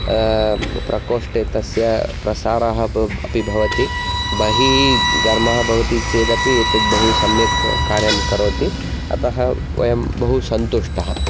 प्रकोष्ठे तस्य प्रसाराः अपि भवति बहिः गर्मः भवति चेदपि एतत् बहु सम्यक् कार्यं करोति अतः वयं बहुः सन्तुष्टः